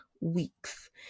weeks